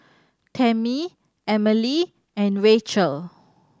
Tammi Emelie and Rachelle